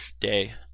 day